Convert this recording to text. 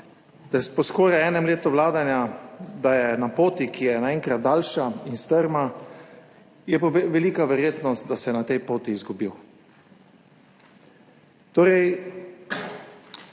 da je po skoraj enem letu vladanja na poti, ki je naenkrat daljša in strma, je pa velika verjetnost, da se je na tej poti izgubil.